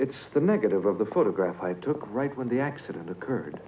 it the negative of the photograph i took right when the accident occurred